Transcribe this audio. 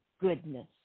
goodness